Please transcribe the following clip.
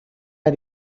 are